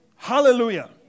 Hallelujah